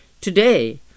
today